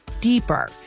deeper